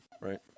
right